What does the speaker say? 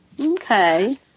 Okay